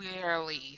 clearly